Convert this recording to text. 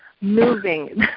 moving